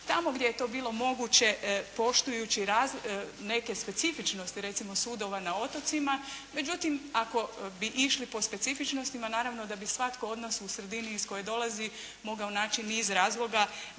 tamo gdje je to bilo moguće poštujući neke specifičnosti recimo sudova na otocima. Međutim ako bi išli po specifičnostima naravno da bi svatko od nas u sredini iz koje dolazi, mogao naći niz razloga